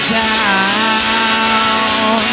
down